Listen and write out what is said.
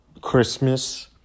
Christmas